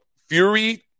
fury